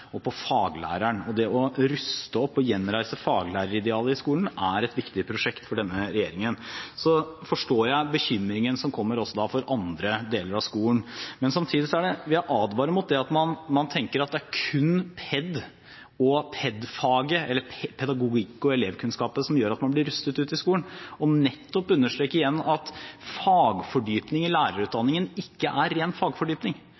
og på faglæreren, og det å ruste opp og gjenreise faglæreridealet i skolen er et viktig prosjekt for denne regjeringen, forstår jeg den bekymringen som kommer for andre deler av skolen. Men samtidig vil jeg advare mot det at man tenker at det kun er ped. og ped.-faget – eller pedagogikk og elevkunnskap – som gjør at man blir rustet for skolen, og nettopp understreke igjen at fagfordypning i lærerutdanningen ikke er ren fagfordypning,